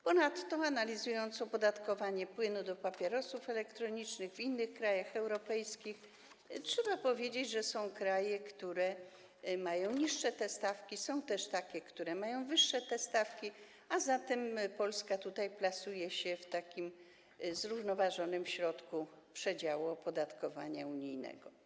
Ponadto, analizując opodatkowanie płynu do papierosów elektronicznych w innych krajach europejskich, trzeba powiedzieć, że są kraje, które mają niższe te stawki, jak również takie kraje, które mają te stawki wyższe, a zatem Polska plasuje się w zrównoważonym środku przedziału opodatkowania unijnego.